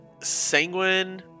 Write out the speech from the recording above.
Sanguine